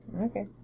Okay